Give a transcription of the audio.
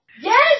Yes